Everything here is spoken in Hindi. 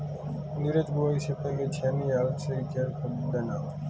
नीरज बुवाई से पहले छेनी हल से खेत खोद देना